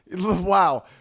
wow